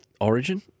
origin